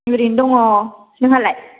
ओरैनो दङ नोंहालाय